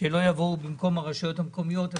שלא יבואו במקום הרשויות המקומיות.